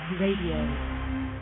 Radio